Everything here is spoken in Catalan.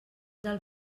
del